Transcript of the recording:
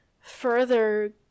further